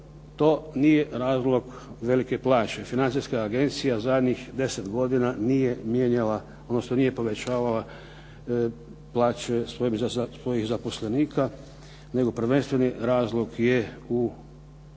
To nije razlog velike plaće. Financijska agencija zadnjih 10 godina nije mijenjala, odnosno nije povećavala plaće svojih zaposlenika nego prvenstveni razlog je u